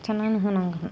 खिथानानै होनांगोन